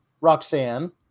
Roxanne